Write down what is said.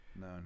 No